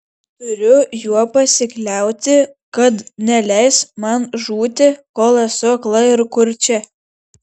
turiu juo pasikliauti kad neleis man žūti kol esu akla ir kurčia